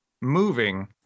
moving